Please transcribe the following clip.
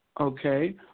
Okay